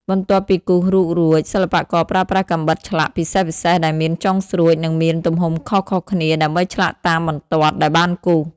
បន្ទាប់ពីគូសរូបរួច សិល្បករប្រើប្រាស់កាំបិតឆ្លាក់ពិសេសៗដែលមានចុងស្រួចនិងមានទំហំខុសៗគ្នាដើម្បីឆ្លាក់តាមបន្ទាត់ដែលបានគូស។